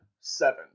Seven